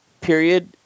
period